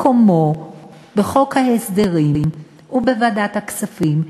מקומו בחוק ההסדרים ובוועדת הכספים,